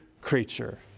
creature